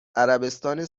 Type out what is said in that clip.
عربستان